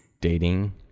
dating